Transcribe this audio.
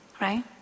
right